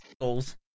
goals